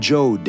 Joe